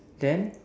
then